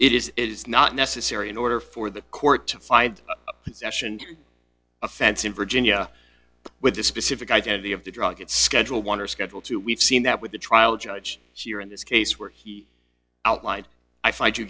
it is it is not necessary in order for the court to find offense in virginia with the specific identity of the drug it's schedule one or schedule two we've seen that with the trial judge in this case where he outlined i find you